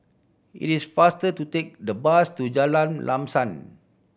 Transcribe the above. it is faster to take the bus to Jalan Lam Sam